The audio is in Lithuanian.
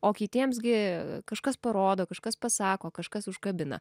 o kitiems gi kažkas parodo kažkas pasako kažkas užkabina